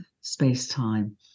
space-time